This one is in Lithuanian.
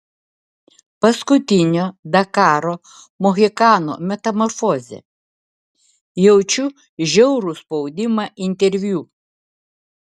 paskutinio dakaro mohikano metamorfozė jaučiu žiaurų spaudimą interviu